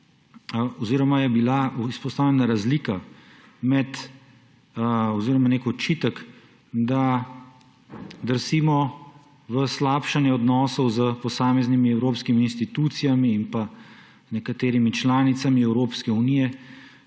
posveti. Izpostavljena je bila razlika oziroma nek očitek, da drsimo v slabšanje odnosov s posameznimi evropskimi institucijami in nekaterimi članicami Evropske unije.